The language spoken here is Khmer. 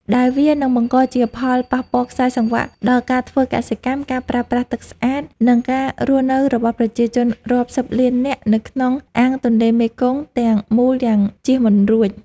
ដែលវានឹងបង្កជាផលប៉ះពាល់ខ្សែសង្វាក់ដល់ការធ្វើកសិកម្ម ការប្រើប្រាស់ទឹកស្អាត និងការរស់នៅរបស់ប្រជាជនរាប់សិបលាននាក់នៅក្នុងអាងទន្លេមេគង្គទាំងមូលយ៉ាងជៀសមិនរួច។